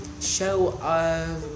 show